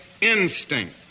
instinct